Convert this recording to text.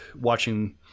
watching